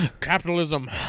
Capitalism